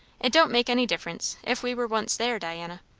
it don't make any difference, if we were once there, diana.